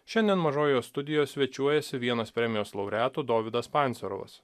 šiandien mažojoje studijoje svečiuojasi vienas premijos laureatų dovydas pancerovas